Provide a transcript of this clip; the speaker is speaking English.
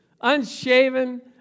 Unshaven